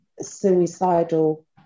suicidal